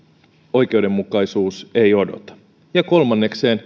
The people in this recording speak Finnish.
oikeudenmukaisuus ei odota ja kolmanneksi